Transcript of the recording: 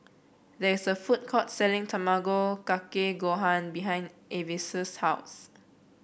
there is a food court selling Tamago Kake Gohan behind Avis' house